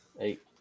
Eight